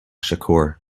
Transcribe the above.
shakur